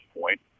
point